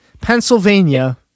Pennsylvania